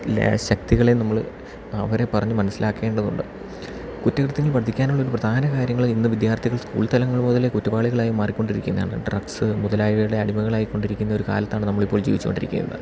എല്ലാ ശക്തികളെ നമ്മൾ അവരെ പറഞ്ഞ് മനസ്സിലാക്കേണ്ടതുണ്ട് കുറ്റകൃത്യങ്ങൾ വർധിക്കാനുള്ള ഒരു പ്രധാന കാര്യങ്ങൾ ഇന്ന് വിദ്യാർഥികൾ സ്കൂൾ തലങ്ങൾ മുതലെ കുറ്റവാളികളായി മാറിക്കൊണ്ടിരിക്കുന്നത് ആണ് ഡ്രഗ്സ് മുതലായവയുടെ അടിമകളായിക്കൊണ്ടരിക്കുന്ന ഒരു കാലത്താണ് നമ്മൾ ഇപ്പോൾ ജീവിച്ചോണ്ടിരിക്കുന്നത്